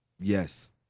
Yes